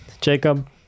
Jacob